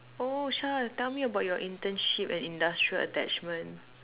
oh Shah tell me about your internship and industrial attachment